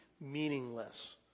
meaningless